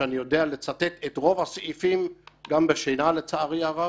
שאני יודע לצטט את רוב הסעיפים גם מתוך שינה לצערי הרב,